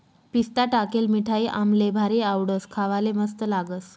पिस्ता टाकेल मिठाई आम्हले भारी आवडस, खावाले मस्त लागस